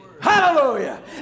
Hallelujah